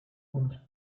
und